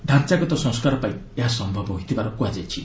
ଡ଼ାଞ୍ଚାଗତ ସଂସ୍କାର ପାଇଁ ଏହା ସମ୍ଭବ ହୋଇଥିବାର କୁହାଯାଇଛି